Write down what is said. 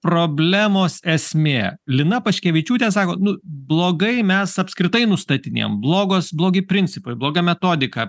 problemos esmė lina paškevičiūtė sako nu blogai mes apskritai nustatinėjam blogos blogi principai bloga metodika